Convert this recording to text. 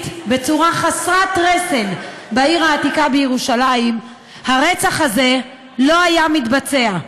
בצורה חסרת רסן בעיר העתיקה בירושלים הרצח הזה לא היה מתבצע,